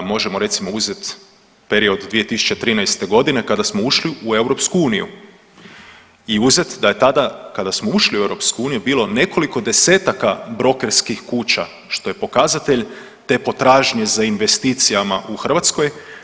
Možemo recimo uzeti period 2013. godine kada smo ušli u EU i uzeti da je tada kada smo ušli u EU bilo nekoliko desetaka brokerskih kuća što je pokazatelj te potražnje za investicijama u Hrvatskoj.